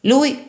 Lui